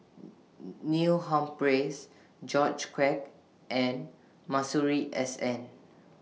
Neil Humphreys George Quek and Masuri S N